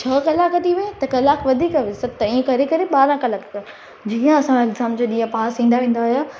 छह कलाक थी विहें त कलाकु वधीक विहे त ई करे करे ॿारहां कलाक जीअं असांजे एक्ज़ाम जो ॾींहं पास ईंदा वेंदा हुया